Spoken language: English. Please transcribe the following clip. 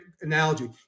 analogy